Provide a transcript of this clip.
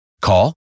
Call